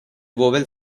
vowel